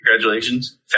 congratulations